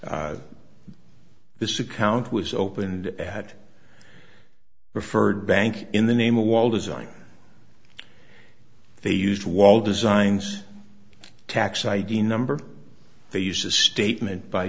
this account was opened had preferred bank in the name of wall design they used wall designs tax id number they use a statement by